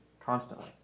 constantly